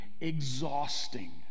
exhausting